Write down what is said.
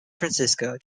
francisco